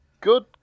Good